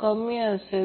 ω C आहे